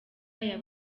aya